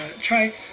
try